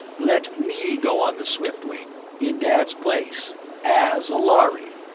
let me go on the swiftwing in dad's place as a lhari!